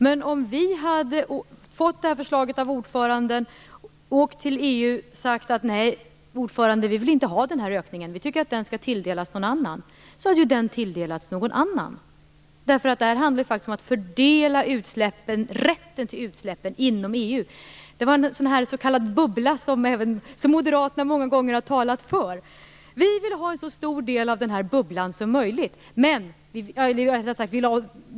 Men om vi hade fått detta förslag av ordföranden, åkt till EU och sagt att vi inte ville ha ökningen och att vi tyckte att den skulle tilldelas någon annan hade den tilldelats någon annan. Det handlar faktiskt om att fördela rätten till utsläpp inom EU. Moderaterna har många gånger talat för en s.k. bubbla. Vi vill ha en så stor del av denna bubbla som möjligt.